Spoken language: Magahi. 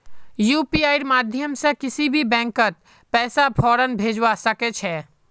यूपीआईर माध्यम से किसी भी बैंकत पैसा फौरन भेजवा सके छे